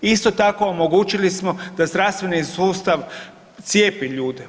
Isto tako omogućili smo da zdravstveni sustav cijepi ljude.